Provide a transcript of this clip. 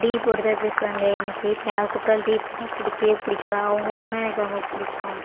D போட்டு தான் பேசுவாங்க எனக்கு வீட்டில் யார் கூப்பிட்டாலும் டி போட்டால் பிடிக்கவே பிடிக்காது அவங்க சொன்னால் எனக்கு ரொம்ப பிடிக்கும்